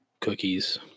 cookies